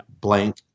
Blank